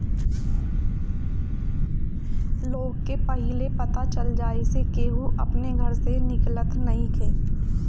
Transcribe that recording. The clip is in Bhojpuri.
लोग के पहिले पता चल जाए से केहू अपना घर से निकलत नइखे